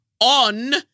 on